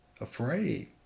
afraid